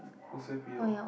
O_C_P_O